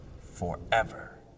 forever